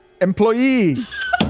employees